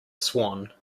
swan